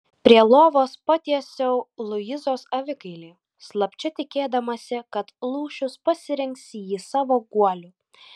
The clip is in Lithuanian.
prie lovos patiesiau luizos avikailį slapčia tikėdamasi kad lūšius pasirinks jį savo guoliu